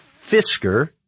Fisker